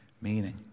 meaning